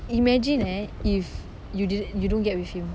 imagine eh if you didn't you don't get with him